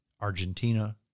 Argentina